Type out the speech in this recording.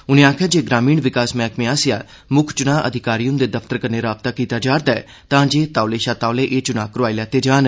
उनें आखेआ जे ग्रामीण विकास मैहकमे आसेआ मुक्ख चुनां अधिकारी हृंदे दफ्तर कन्नै राबता कीता जा'रदा ऐ तांजे तौले शा तौले एह च्नां करोआई लैते जान